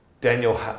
Daniel